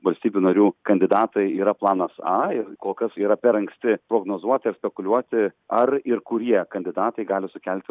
valstybių narių kandidatai yra planas a ir kol kas yra per anksti prognozuoti ar spekuliuoti ar ir kurie kandidatai gali sukelti